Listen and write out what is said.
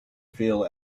feel